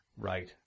Right